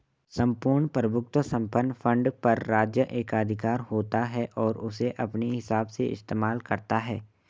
सम्पूर्ण प्रभुत्व संपन्न फंड पर राज्य एकाधिकार होता है और उसे अपने हिसाब से इस्तेमाल करता है